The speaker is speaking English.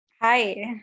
Hi